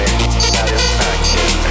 satisfaction